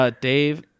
Dave